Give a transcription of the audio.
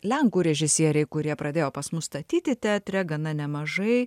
lenkų režisieriai kurie pradėjo pas mus statyti teatre gana nemažai